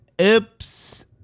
Oops